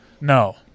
no